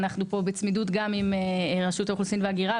אנחנו בצמידות גם עם רשות האוכלוסין וההגירה,